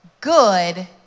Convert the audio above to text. good